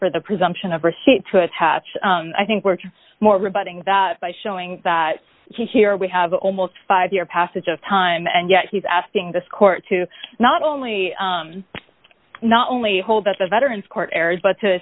for the presumption of receipt to attach i think we're more rebutting that by showing that here we have almost five years passage of time and yet he's asking this court to not only not only hold up the veterans court areas but t